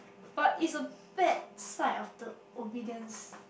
but it's a bad side of the obedience